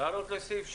הערות לסעיף 6,